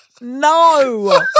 No